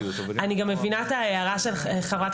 אני גם מבינה את ההערה של חברת